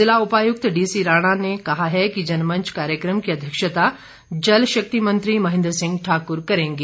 जिला उपायुक्त डीसी राणा ने कहा है कि जनमंच कार्यक्रम की अध्यक्षता जलशक्ति मंत्री महेन्द्र सिंह ठाकुर करेंगे